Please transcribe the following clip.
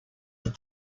that